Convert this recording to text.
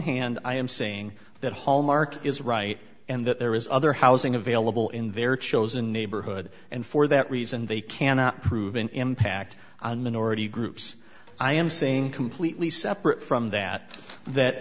hand i am saying that hallmark is right and that there is other housing available in their chosen neighborhood and for that reason they cannot prove an impact on minority groups i am saying completely separate from that that